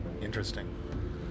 Interesting